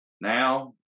now